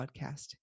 podcast